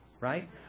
right